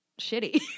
shitty